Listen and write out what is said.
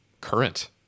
current